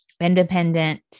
independent